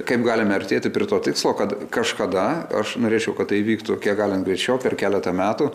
kaip galime artėti prie to tikslo kad kažkada aš norėčiau kad tai įvyktų kiek galint greičiau per keletą metų